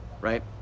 right